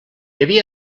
havia